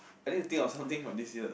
I need to think of something from this year